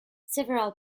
several